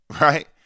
right